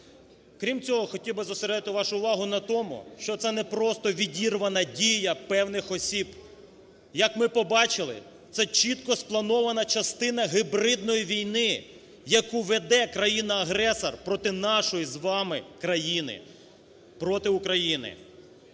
Крім цього, хотів би зосередити вашу увагу на тому, що це не просто відірвана дія певних осіб. Як ми побачили, це чітко спланована частина гібридної війни, яку веде країна-агресор проти нашої з вами країни, проти України.